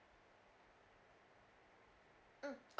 mm